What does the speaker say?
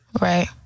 right